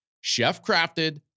chef-crafted